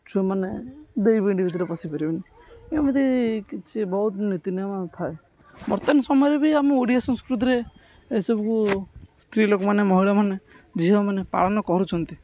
ଝୁଆମାନେ ଦେବି ପିଣ୍ଡି ଭିତରେ ପଶିପାରିବେନି ଏମିତି କିଛି ବହୁତ ନୀତି ନିୟମ ଥାଏ ବର୍ତ୍ତମାନ ସମୟରେ ବି ଆମ ଓଡ଼ିଆ ସଂସ୍କୃତିରେ ଏସବୁକୁ ସ୍ତ୍ରୀଲୋକମାନେ ମହିଳାମାନେ ଝିଅମାନେ ପାଳନ କରୁଛନ୍ତି